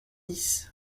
dix